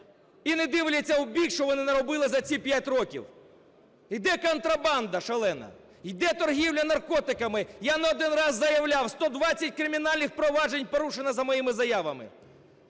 і не дивляться в бік, що вони наробили за ці 5 років. Йде контрабанда шалена, йде торгівля наркотиками. Я не один раз заявляв: 120 кримінальних проваджень порушено за моїми заявами.